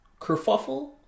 kerfuffle